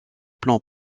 plans